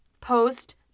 post